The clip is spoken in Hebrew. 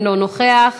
אינו נוכח,